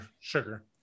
sugar